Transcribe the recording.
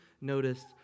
noticed